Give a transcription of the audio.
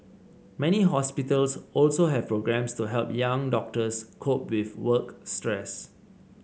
many hospitals also have programmes to help young doctors cope with work stress